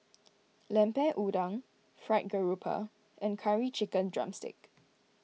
Lemper Udang Fried Garoupa and Curry Chicken Drumstick